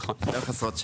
לאורך עשרות שנים.